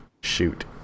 shoot